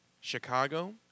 Chicago